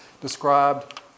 described